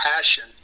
passion